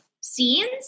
scenes